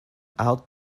out